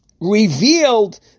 revealed